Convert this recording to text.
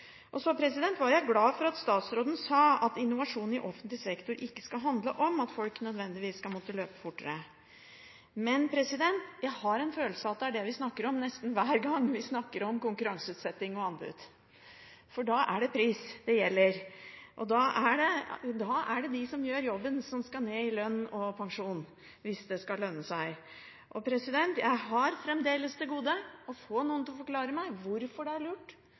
offentlig sektor ikke skal handle om at folk nødvendigvis skal måtte løpe fortere. Men jeg har en følelse av at det er det vi snakker om nesten hver gang vi snakker om konkurranseutsetting og anbud. For da er det pris det gjelder, og da er det de som gjør jobben, som skal ned i lønn og pensjon hvis det skal lønne seg. Jeg har fremdeles til gode å få noen til å forklare meg hvorfor det er lurt